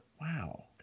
wow